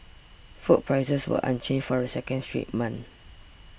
food prices were unchanged for a second straight month